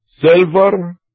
silver